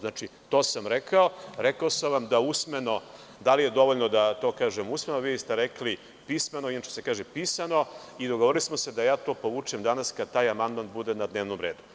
Znači, to sam rekao, rekao sam vam da usmeno da li je dovoljno da to kažem usmeno, vi ste rekli pismeno, a inače se kaže „pisano“ i dogovorili smo se da ja to povučem danas kada taj amandman bude na dnevnom redu.